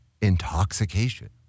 intoxication